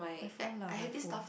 my phone lah my phone